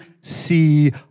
see